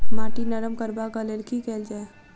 माटि नरम करबाक लेल की केल जाय?